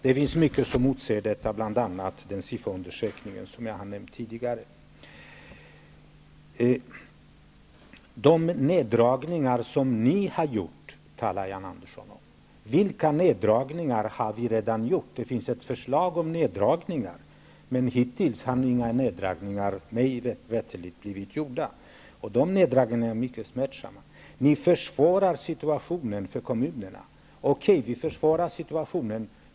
Det finns mycket som motsäger detta påstående, bl.a. den SIFO-undersökning som jag tidigare har nämnt. Jan Andersson talar om neddragningar som vi skulle ha gjort. Jag vill då fråga: Vilka neddragningar har vi redan gjort? Det finns ett förslag om neddragningar. Men hittills har inga neddragningar mig veterligt gjorts. Sådana här neddragningar är ju mycket smärtsamma. Ni försvårar situationen för kommunerna, sägs det också här. Okej, vi försvårar situationen.